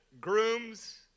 grooms